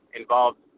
involved